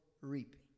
reaping